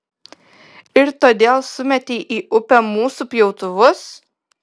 ir todėl sumėtei į upę mūsų pjautuvus